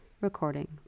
Recording